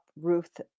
Ruth